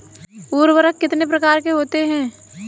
उर्वरक कितने प्रकार के होते हैं?